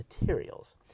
materials